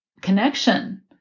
connection